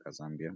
Zambia